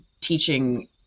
teaching